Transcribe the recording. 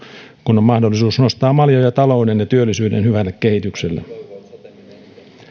kun on mahdollisuus nostaa maljoja talouden ja työllisyyden hyvälle kehitykselle